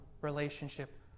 relationship